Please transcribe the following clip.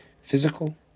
physical